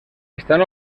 estan